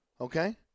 Okay